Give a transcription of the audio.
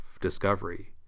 discovery